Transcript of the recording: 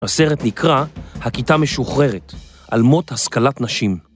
הסרט נקרא, הכיתה משוחררת, על מות השכלת נשים.